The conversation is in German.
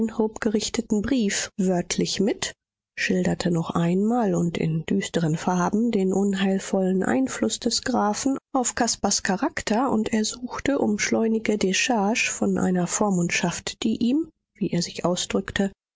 gerichteten brief wörtlich mit schilderte noch einmal und in düsteren farben den unheilvollen einfluß des grafen auf caspars charakter und ersuchte um schleunige decharge von einer vormundschaft die ihm wie er sich ausdrückte